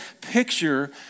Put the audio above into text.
picture